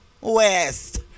West